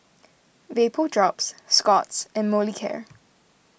Vapodrops Scott's and Molicare